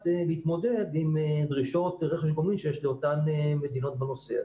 להתמודד עם דרישות רכש גומלין שיש לאותן מדינות בנושא.